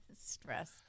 Stress